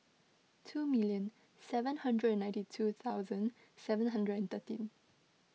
two million seven hundred and ninety two thousand seven hundred and thirteen